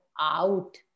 out